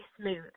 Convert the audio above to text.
smooth